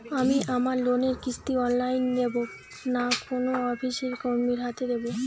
আমি আমার লোনের কিস্তি অনলাইন দেবো না কোনো অফিসের কর্মীর হাতে দেবো?